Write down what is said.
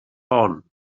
hon